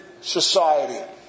society